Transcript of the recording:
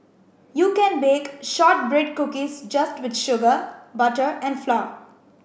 you can bake shortbread cookies just with sugar butter and flour